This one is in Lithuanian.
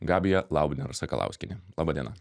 gabija laubner sakalauskienė laba diena